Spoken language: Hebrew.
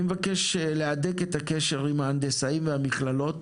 אני מבקש להדק את הקשר עם ההנדסאים והמכללות